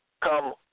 come